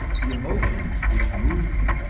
the emotions which moved him,